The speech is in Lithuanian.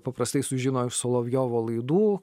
paprastai sužino iš solovjovo laidų